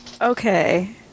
Okay